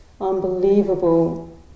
unbelievable